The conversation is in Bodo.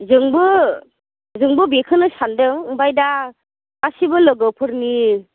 जोंबो जोंबो बेखौनो सान्दों ओमफ्राय दा गासिबो लोगोफोरनि